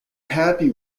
happy